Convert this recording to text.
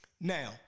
Now